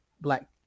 black